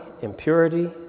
impurity